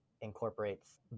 incorporates